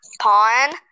pawn